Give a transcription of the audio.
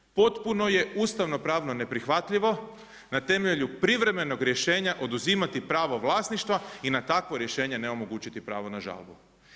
Potpuno je ustavno-pravno neprihvatljivo na temelju privremenog rješenja oduzimati pravo vlasništva i na takvo rješenje onemogućiti pravo na žalbu.